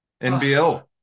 NBL